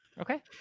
okay